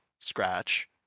scratch